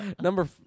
Number